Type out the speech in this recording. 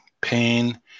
pain